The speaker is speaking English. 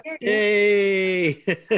yay